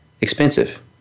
expensive